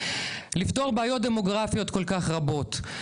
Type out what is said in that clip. לפתור בעיות דמוגרפיות כל כך רבות,